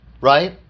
right